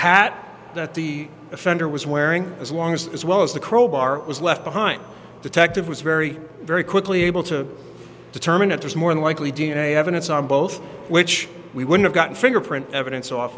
hat that the offender was wearing as long as as well as the crowbar was left behind the tactic was very very quickly able to determine that there's more than likely d n a evidence on both which we would have gotten fingerprint evidence off